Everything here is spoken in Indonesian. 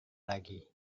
lagi